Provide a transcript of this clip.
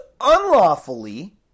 unlawfully